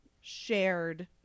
shared